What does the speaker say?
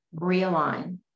realign